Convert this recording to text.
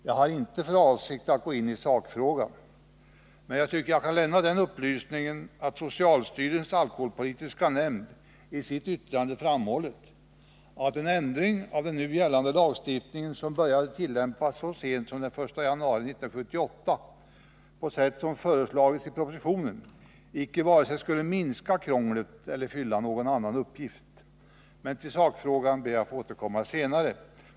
Jag har inte för avsikt att gå in i sakfrågan, men jag tycker jag kan lämna den upplysningen, att socialstyrelsens alkoholpolitiska nämnd i sitt yttrande framhållit att en ändring av den nu gällande lagstiftningen, som började tillämpas så sent som januari 1978, på sätt som föreslagits i propositionen icke vare sig skulle minska krånglet eller fylla någon annan uppgift. Till sakfrågan ber jag dock att få återkomma senare.